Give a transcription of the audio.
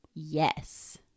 Yes